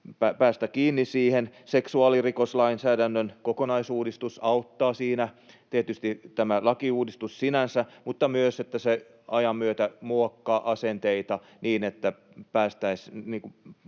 päästä kiinni siihen. Seksuaalirikoslainsäädännön kokonaisuudistus auttaa siinä, tietysti tämä lakiuudistus sinänsä, mutta myös se, että se ajan myötä muokkaa asenteita niin, että päästäisiin